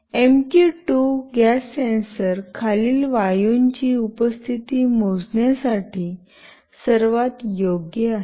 MQ 2 gas sensor खालील वायूंची उपस्थिती मोजण्यासाठी सर्वात योग्य आहे